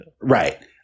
Right